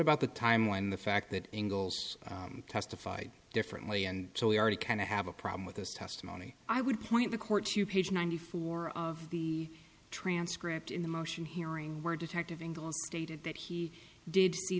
about the time when the fact that angles testified differently and so we already kind of have a problem with this testimony i would point the court to page ninety four of the transcript in the motion hearing where detective angle stated that he did